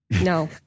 No